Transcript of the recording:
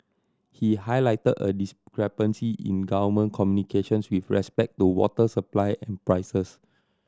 he highlighted a discrepancy in government communications with respect to water supply and prices